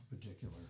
particular